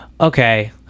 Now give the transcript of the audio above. Okay